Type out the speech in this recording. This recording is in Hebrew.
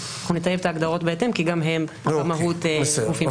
אנחנו נטייב את ההגדרות בהתאם כי גם הם במהות גופים ש --- בסדר.